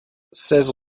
seize